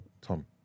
Tom